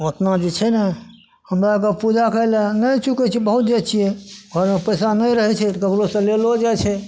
ओतना जे छै ने हमरा सब पूजा करैलए नहि चुकै छियै पहुँच जाइ छियै हमरा लग पैसा नहि रहै छै तऽ ककरो सए लेलो जाइ छै